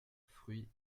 fruits